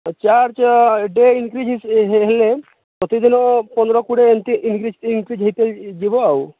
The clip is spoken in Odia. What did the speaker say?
ଆଉ ଚାର୍ଜ୍ ଡ଼େ ଇନକ୍ରୀଜ୍ ହେଲେ ପ୍ରତିଦିନ ପନ୍ଦର କୋଡ଼ିଏ ଏମତି ଇନକ୍ରୀଜ୍ ଇନକ୍ରୀଜ୍ ହୋଇଯିବ ଆଉ